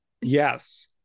yes